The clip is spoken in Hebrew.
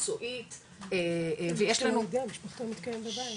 מקצועית ויש לנו --- יש גם משפחתון המתקיים בבית.